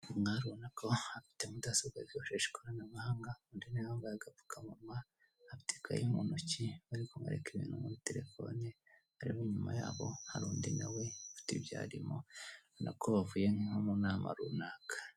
Ni umwari ubona ko afite mudasobwa yifashisha ikoranabuhanga undi nawe wambaye agapfukamunwa afite ikayi mu ntoki arikumwereka ibintu muri telefone harimo inyuma yabo hari undi nawe ufite ibyo arimo ubonako bavuye nko mu nama runaka.